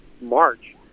March